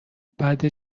بعد